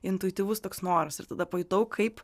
intuityvus toks noras ir tada pajutau kaip